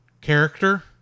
character